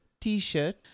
T-shirt